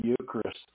Eucharist